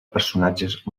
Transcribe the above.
personatges